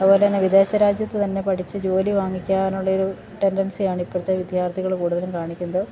അതുപോലെ തന്നെ വിദേശരാജ്യത്ത് തന്നെ പഠിച്ച് ജോലി വാങ്ങിക്കാനുള്ള ഒരു ടെൻഡൻസിയാണ് ഇപ്പോഴത്തെ വിദ്യാർത്ഥികള് കൂടുതലും കാണിക്കുന്നത്